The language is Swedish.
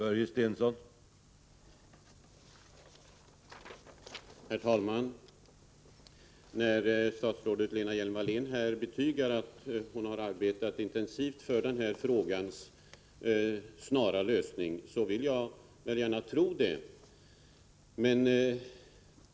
Herr talman! När statsrådet Lena Hjelm-Wallén betygar att hon har arbetat intensivt för den här frågans snara lösning vill jag gärna tro det.